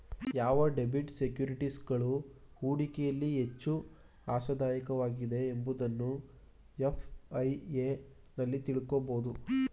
ಯಾವ ಡೆಬಿಟ್ ಸೆಕ್ಯೂರಿಟೀಸ್ಗಳು ಹೂಡಿಕೆಯಲ್ಲಿ ಹೆಚ್ಚು ಆಶಾದಾಯಕವಾಗಿದೆ ಎಂಬುದನ್ನು ಎಫ್.ಐ.ಎ ನಲ್ಲಿ ತಿಳಕೋಬೋದು